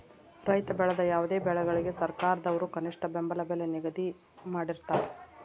ರೈತ ಬೆಳೆದ ಯಾವುದೇ ಬೆಳೆಗಳಿಗೆ ಸರ್ಕಾರದವ್ರು ಕನಿಷ್ಠ ಬೆಂಬಲ ಬೆಲೆ ನ ನಿಗದಿ ಮಾಡಿರ್ತಾರ